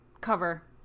cover